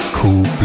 Cool